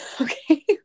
Okay